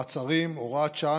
מעצרים) (הוראת שעה,